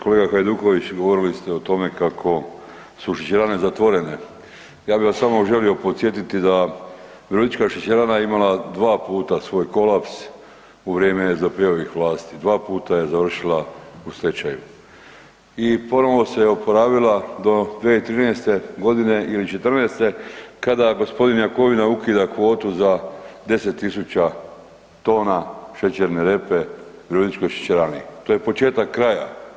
Kolega Hajduković, govorili ste o tome kako su šećerane zatvorene, ja bih vas samo želio podsjetiti da Virovitička šećerana je imala dva puta svoj kolaps u vrijeme SDP-ovih vlasti, dva puta je završila u stečaju i ponovo se oporavila do 2013.g. ili '14. kada g. Jakovina ukida kvotu za 10.000 tona šećerne repe Virovitičkoj šećerani, to je početak kraja.